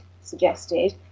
suggested